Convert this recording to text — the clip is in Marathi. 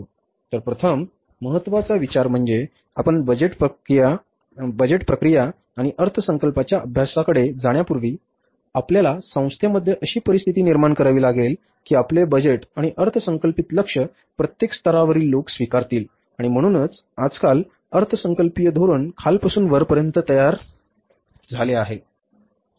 तर प्रथम महत्त्वाचा विचार म्हणजे आपण बजेट प्रक्रिया आणि अर्थसंकल्पाच्या अभ्यासाकडे जाण्यापूर्वी आपल्याला संस्थेमध्ये अशी परिस्थिती निर्माण करावी लागेल की आपले बजेट आणि अर्थसंकल्पित लक्ष्य प्रत्येक स्तरावरील लोक स्वीकारतील आणि म्हणूनच आजकाल अर्थसंकल्पीय धोरण खालपासून वरपर्यंत सारखे झाले आहे